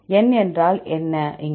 N என்றால் என்ன இங்கே